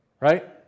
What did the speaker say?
Right